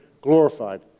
glorified